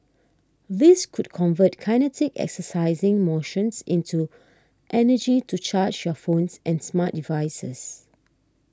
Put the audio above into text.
these could convert kinetic exercising motions into energy to charge your phones and smart devices